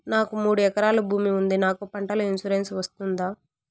నాకు మూడు ఎకరాలు భూమి ఉంది నాకు పంటల ఇన్సూరెన్సు వస్తుందా?